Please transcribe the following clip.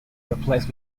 replaced